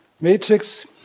matrix